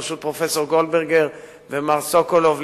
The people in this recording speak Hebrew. בראשות פרופסור גולדברגר ומר סוקולוב,